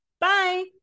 Bye